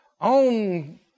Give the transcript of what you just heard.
on